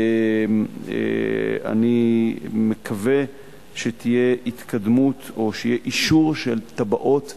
ואני מקווה שתהיה התקדמות או שיהיה אישור של תב"עות